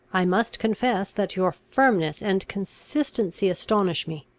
i must confess that your firmness and consistency astonish me.